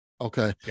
Okay